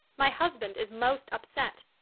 my husband is most upset.